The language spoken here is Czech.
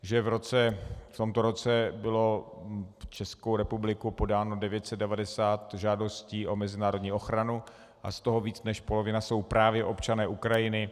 Že v tomto roce bylo Českou republikou podáno 990 žádostí o mezinárodní ochranu a z toho více než polovina jsou právě občané Ukrajiny.